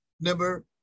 number